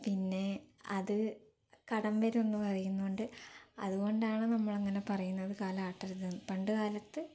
പിന്നെ അത് കടം വരുന്ന് പറയുന്നുണ്ട് അതുകൊണ്ടാണ് നമ്മള് അങ്ങനെ പറയുന്നത് കാലാട്ടരുത് പണ്ട്കാലത്ത്